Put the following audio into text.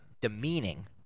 demeaning